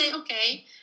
okay